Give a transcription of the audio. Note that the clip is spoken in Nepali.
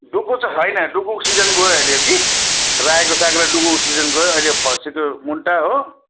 डुकु त छैन डुकुको सिजन गयो अहिले कि रायाको साग र डुकुको सिजन गयो अहिले फर्सीको मुन्टा हो